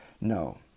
No